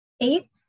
Eight